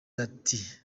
ati